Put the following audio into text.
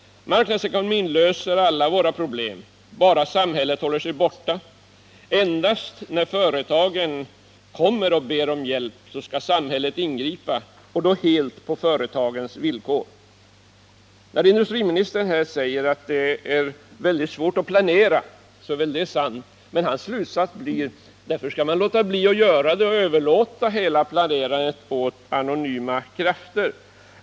Marknadsekonomin löser alla våra problem bara samhället håller sig borta. Endast när företagen kommer och ber om hjälp skall samhället ingripa, och då helt på företagens villkor. När industriministern här säger att det är mycket svårt att planera så är ju detta sant. Men hans slutsats blir: Därför skall vi låta bli att planera och överlåta hela planerandet åt anonyma krafter.